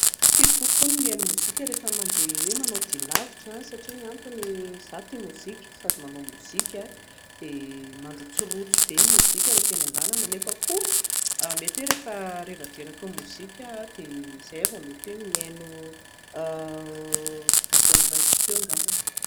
Tiako kokoa ny mihaino mozika rehefa hoe mandeha manao dia lavitra satria ny antony izaho tia mozika sady manao mozika dia mandrotsirotsy be ny mozika rehefa eny an-dalana nefa koa mety hoe rehefa reradreraky ny mozika aho dia izay aho vao mety hoe mihaino boky noraisim-peo angamba.